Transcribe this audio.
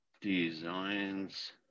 Designs